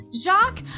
Jacques